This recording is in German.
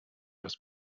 das